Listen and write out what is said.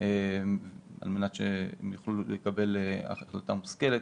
על מנת שהם יוכלו לקבל החלטה מושכלת.